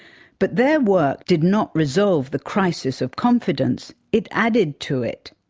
but their work did not resolve the crisis of confidence, it added to it.